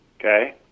okay